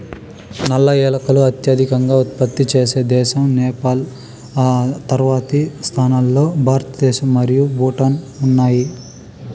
నల్ల ఏలకులు అత్యధికంగా ఉత్పత్తి చేసే దేశం నేపాల్, ఆ తర్వాతి స్థానాల్లో భారతదేశం మరియు భూటాన్ ఉన్నాయి